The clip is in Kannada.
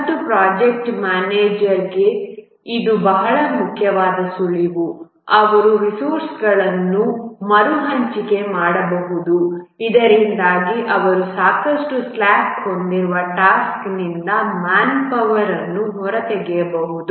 ಮತ್ತು ಪ್ರೊಜೆಕ್ಟ್ ಮ್ಯಾನೇಜರ್ಗೆ ಇದು ಬಹಳ ಮುಖ್ಯವಾದ ಸುಳಿವು ಅವರು ರಿಸೋರ್ಸ್ಗಳನ್ನು ಮರುಹಂಚಿಕೆ ಮಾಡಬಹುದು ಇದರಿಂದಾಗಿ ಅವರು ಸಾಕಷ್ಟು ಸ್ಲಾಕ್ ಹೊಂದಿರುವ ಟಾಸ್ಕ್ನಿಂದ ಮ್ಯಾನ್ ಪವರ್ ಅನ್ನು ಹೊರತೆಗೆಯಬಹುದು